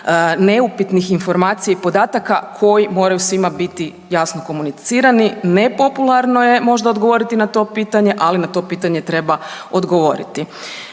neupitnih informacija i podataka koji moraju svima biti jasno komunicirani, nepopularno je možda odgovoriti na to pitanje ali na to pitanje treba odgovoriti.